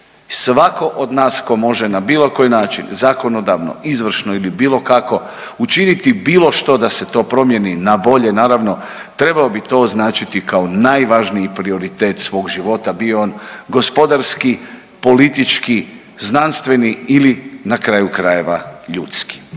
Svatko od nas tko može na bilo koji način zakonodavno, izvršno ili bilo kako, učiniti bilo što da se to promijeni na bolje, naravno, trebao bi to označiti kao najvažniji prioritet svog života, bio on gospodarski, politički, znanstveni ili na kraju krajeva, ljudski.